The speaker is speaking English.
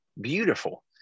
beautiful